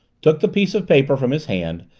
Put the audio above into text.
took the piece of paper from his hand,